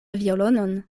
violonon